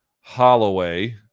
Holloway